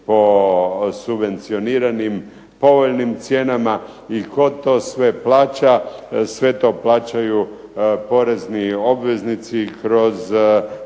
po subvencioniranim povoljnim cijenama. I tko to sve plaća? Sve to plaćaju porezni obveznici kroz